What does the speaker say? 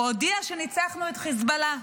והוא הודיע שניצחנו את חיזבאללה.